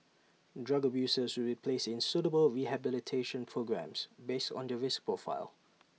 drug abusers will be placed in suitable rehabilitation programmes based on their risk profile